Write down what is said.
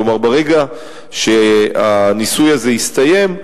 כלומר, ברגע שהניסוי הזה יסתיים,